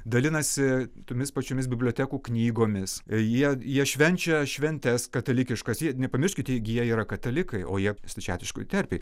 dalinasi tomis pačiomis bibliotekų knygomis jie jie švenčia šventes katalikiškas jie nepamirškit jie gi jie yra katalikai o jie stačiatiškoj terpėj